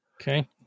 Okay